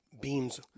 beams